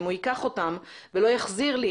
אם הוא ייקח אותם ולא יחזיר לי,